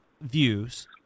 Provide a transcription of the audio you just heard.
views